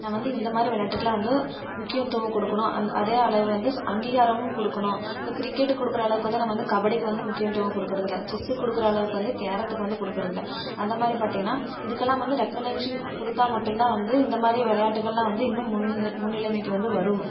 நான் வந்து இந்தமாதிரி விளையாட்டுக்கெல்லாம் வந்து முக்கியத்துவம் கொடுக்கணும் அதே அளவு வந்து அங்கீகாரமும் கொடுக்கணும் இப்போ கிரிக்கெட்டுக்கு கொடுக்குற அளவுக்கு வந்து நம்ம வந்து கபடிக்கு வந்து முக்கியத்துவம் கொடுக்குறதில்ல செஸ்க்கு கொடுக்குற அளவுக்கு வந்து கேரத்துக்கு வந்து கொடுக்குறதில்ல அந்த மாதிரி பார்த்திங்கன்னா இதுக்கெல்லாம் வந்து ரெக்ககனேஷன் கொடுத்தால் மட்டும் தான் வந்து இந்தமாதிரி விளையாட்டுகள்லாம் வந்து இன்னும் முன்னிலைமைக்கு வந்து வரும்